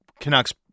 Canucks